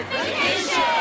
Vacation